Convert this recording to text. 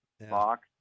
box